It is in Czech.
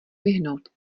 vyhnout